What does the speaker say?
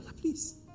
Please